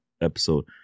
episode